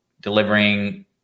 delivering